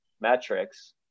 metrics